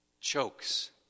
chokes